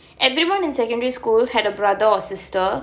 everyone in secondary school had a brother or sister